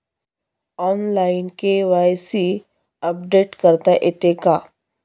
Online KYC update करता येते का?